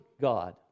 God